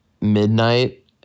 midnight